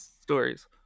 stories